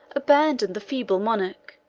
abandoned the feeble monarch,